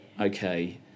okay